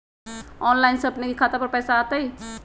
Online से अपने के खाता पर पैसा आ तई?